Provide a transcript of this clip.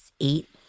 eight